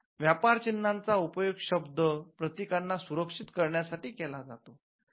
व्यापारचिन्हाचा उपयोग शब्द प्रतिकांना सुरक्षित करण्या साठी केला जातो